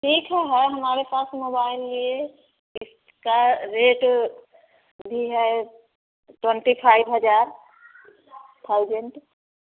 ठीक है हमारे पास मोबाइल यह इसका रेट भी है ट्वेंटी फाइव हज़ार थाउज़ंट